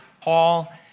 Paul